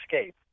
escape